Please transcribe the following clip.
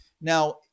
now